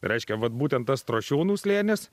reiškia vat būtent ta strošiūnų slėnis